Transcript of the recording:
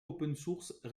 opensource